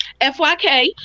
FYK